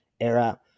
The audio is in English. era